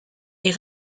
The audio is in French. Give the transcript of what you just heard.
est